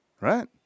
Right